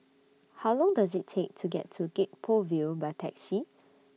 How Long Does IT Take to get to Gek Poh Ville By Taxi